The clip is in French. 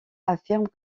affirme